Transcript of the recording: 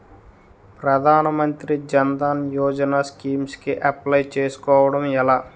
ప్రధాన మంత్రి జన్ ధన్ యోజన స్కీమ్స్ కి అప్లయ్ చేసుకోవడం ఎలా?